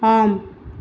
ஆம்